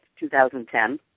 2010